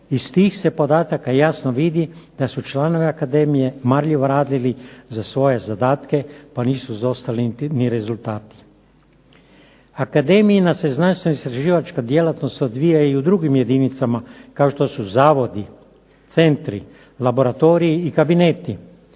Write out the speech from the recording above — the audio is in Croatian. Iz tih se podataka jasno vidi da su članovi akademije marljivo radili za svoje zadatke, pa nisu zaostali niti rezultati. Akademijina se znanstveno-istraživačka djelatnost odvija i u drugim jedinicama kao što su zavodi, centri, laboratoriji i kabineti.